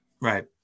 Right